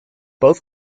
both